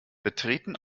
betreten